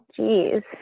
Jeez